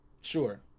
Sure